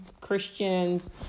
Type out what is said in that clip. Christians